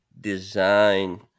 design